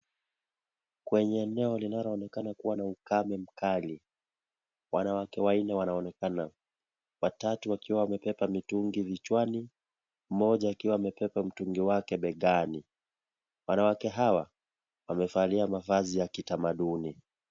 Kwenye eneo linaloonekana kuwa na ukame mkali. Wanawake wanne wanaonekana, watatu wakiwa wamebeba mitungi vichwani, moja akiwa amebeba mtungi wake begani. Wanawake hawa wamefalia mafazi ya kitamaduni.